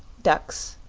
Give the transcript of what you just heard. ducks,